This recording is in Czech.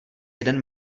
jeden